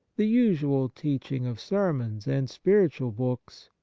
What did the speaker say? the usual teaching of sermons and spiritual books,